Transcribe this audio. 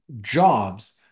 jobs